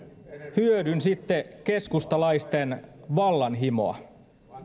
hyödynsitte keskustalaisten vallanhimoa